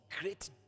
great